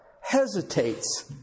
hesitates